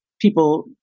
people